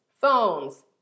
phones